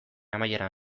amaieran